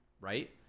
right